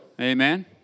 Amen